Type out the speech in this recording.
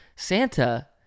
Santa